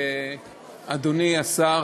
אדוני השר,